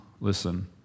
listen